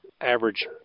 average